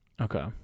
Okay